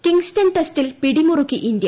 Kingston ടെസ്റ്റിൽ പിടിമുറുക്കി India